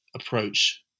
approach